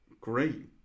great